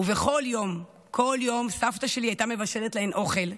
ובכל יום, בכל יום סבתא שלי הייתה מבשלת להם אוכל,